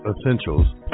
Essentials